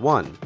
one